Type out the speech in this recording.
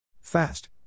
Fast